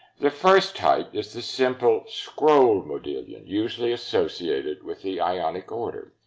the first type is the simple scrolled modillion, usually associated with the ionic order.